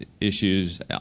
issues